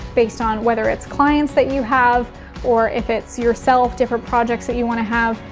based on whether it's clients that you have or if it's yourself, different projects that you wanna have,